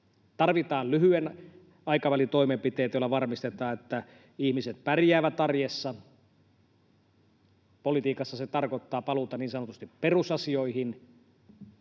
Tarvitaan lyhyen aikavälin toimenpiteitä, joilla varmistetaan, että ihmiset pärjäävät arjessa. Politiikassa se tarkoittaa paluuta niin sanotusti perusasioihin: